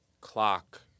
Clock